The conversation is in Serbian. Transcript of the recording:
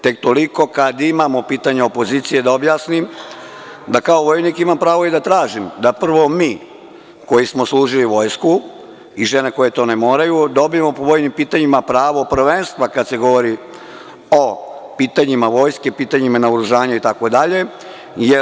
Tek toliko kada imamo pitanja opozicije da objasnim da kao vojnik imam pravo da tražim da prvo mi koji smo služili vojsku i žene koje to ne moraju dobijemo po vojnim pitanjima pravo prvenstva kada se govori o pitanjima vojske, pitanjima naoružanja i tako dalje.